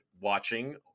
watching